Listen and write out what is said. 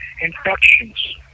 infections